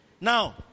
Now